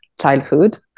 childhood